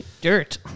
Dirt